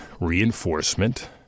reinforcement